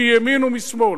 מימין ומשמאל,